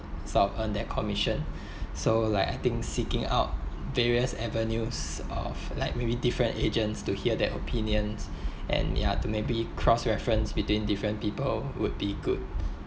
sort of earn their commission so like I think seeking out various avenues of like maybe different agents to hear their opinions and ya to maybe cross reference between different people would be good